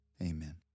amen